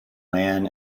man